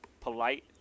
Polite